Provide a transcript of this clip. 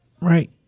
Right